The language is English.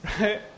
Right